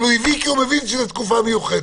אבל הם הביאו, כי הם מבינים שזאת תקופה מיוחדת.